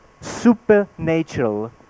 supernatural